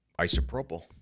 Isopropyl